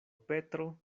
petro